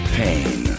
pain